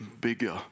bigger